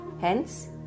Hence